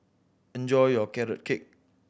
enjoy your Carrot Cake